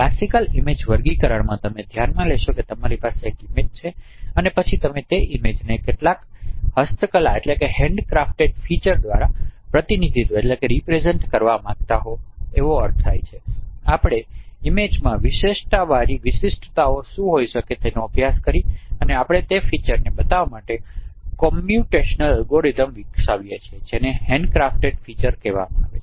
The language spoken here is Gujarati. ક્લાસિકલ ઇમેજ વર્ગીકરણમાં તમે ધ્યાનમાં લેશો કે તમારી પાસે એક ઇમેજ છે અને પછી તમે તે ઇમેજ ને કેટલાક હસ્તકલા ફીચર દ્વારા પ્રતિનિધિત્વ કરવા માંગતા હોવ એવો અર્થ થાય છે આપણે આ ઇમેજમાં વિશેષતાવાળી વિશિષ્ટતાઓ શું હોઈ શકે છે તેનો અભ્યાસ કરી અને આપણે તે ફીચરને બતાવા માટે કોમ્પ્યુટેશનલ અલ્ગોરિધમ્સ વિકસાવી છે જેને તેને હેન્ડક્રાફ્ટ ફીચર કહેવામાં આવે છે